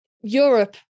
Europe